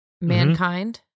mankind